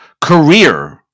career